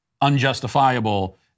unjustifiable